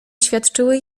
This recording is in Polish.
świadczyły